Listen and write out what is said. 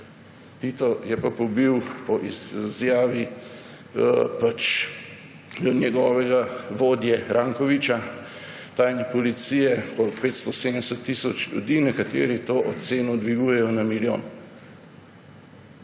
Tito je pa pobil, po izjavi njegovega vodje tajne policije Rankovića, 570 tisoč ljudi, nekateri to oceno dvigujejo na milijon.